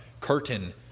curtain